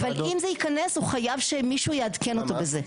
אבל זה ייכנס הוא חייב שמישהו יעדכן אותו בזה.